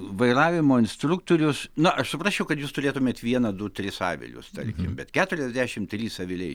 vairavimo instruktorius na aš suprasčiau kad jūs turėtumėt vieną du tris avilius tarkim bet keturiasdešimt trys aviliai